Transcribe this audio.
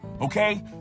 okay